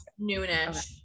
noonish